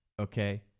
okay